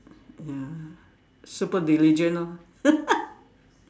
ya super diligent lor